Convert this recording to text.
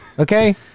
Okay